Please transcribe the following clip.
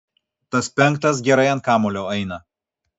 tas penktas gerai ant kamuolio eina